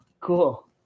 cool